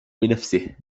بنفسه